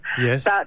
Yes